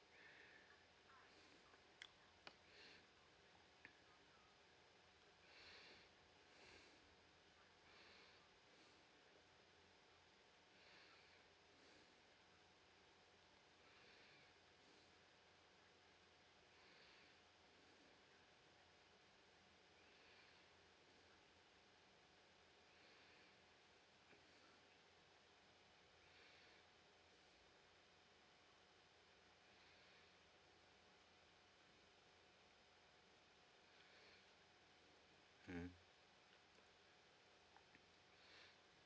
mm